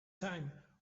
time